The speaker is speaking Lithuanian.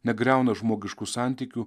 negriauna žmogiškų santykių